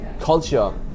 culture